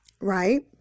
right